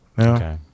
Okay